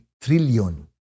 trillion